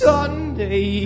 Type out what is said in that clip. Sunday